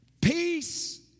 peace